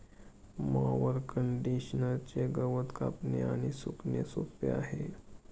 mower कंडिशनरचे गवत कापणे आणि सुकणे सोपे आहे